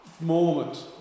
moment